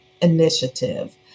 initiative